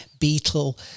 Beetle